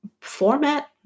format